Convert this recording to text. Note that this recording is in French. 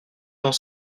dans